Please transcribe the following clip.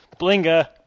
Blinga